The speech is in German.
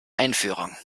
einführung